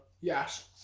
Yes